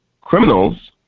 criminals